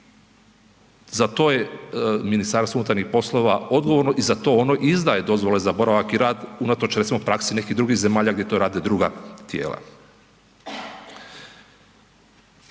i za to je MUP odgovorno i za to ono izdaje dozvole za boravak i rad unatoč recimo praksi nekih drugih zemalja gdje to rade druga tijela.